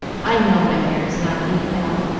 i know my hair is not neat now,